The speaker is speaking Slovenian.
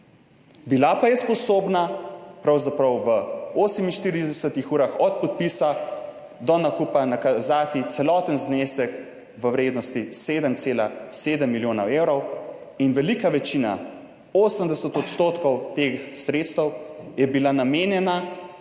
Bila pa je sposobna pravzaprav v 48 urah od podpisa do nakupa nakazati celoten znesek v vrednosti 7,7 milijona evrov. In velika večina, 80 %, teh sredstev davkoplačevalcev